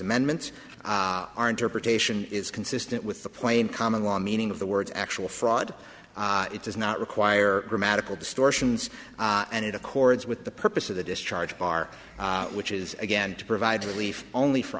amendments our interpretation is consistent with the plain common law meaning of the words actual fraud it does not require dramatical distortions and it accords with the purpose of the discharge bar which is again to provide relief only for